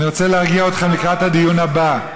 אני רוצה להרגיע אתכם לקראת הדיון הבא.